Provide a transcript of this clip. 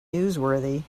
newsworthy